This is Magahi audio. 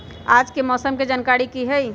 आज के मौसम के जानकारी कि हई?